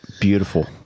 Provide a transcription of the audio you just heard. beautiful